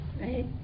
right